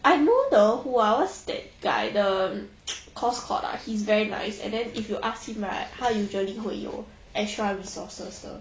I know the who ah what's that guy the course called ah he's very nice and then if you ask him right 他 usually 会有 extra resources 的